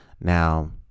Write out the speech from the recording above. Now